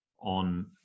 on